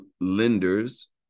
lenders